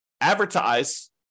advertise